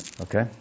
Okay